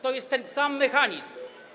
To jest ten sam mechanizm.